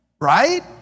Right